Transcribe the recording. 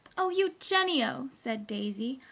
oh, eugenio, said daisy,